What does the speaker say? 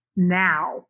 Now